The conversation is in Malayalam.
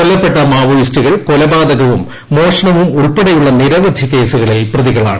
കൊല്ലപ്പെട്ട മാവോയിസ്റ്റുകൾ കൊലപാതകവും മോഷണവും ഉൾപ്പെടെയുള്ള നിരവധി കേസുകളിൽ പ്രതികളാണ്